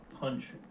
punch